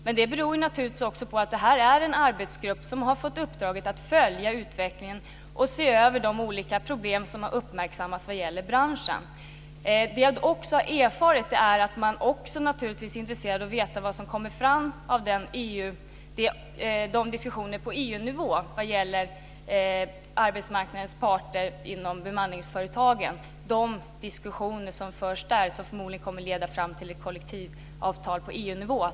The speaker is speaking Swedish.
Men det beror naturligtvis också på att det här en arbetsgrupp som har fått uppdraget att följa utvecklingen och se över de olika problem som har uppmärksammats vad gäller branschen. Man är också intresserad av att veta vad som kommer fram i diskussionerna på EU-nivå vad gäller arbetsmarknadens parter inom bemanningsföretagen. De diskussioner som förs där kommer förmodligen att leda till ett kollektivavtal på EU-nivå.